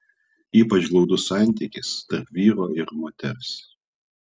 ypač glaudus santykis tarp vyro ir moters